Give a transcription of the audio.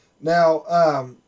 Now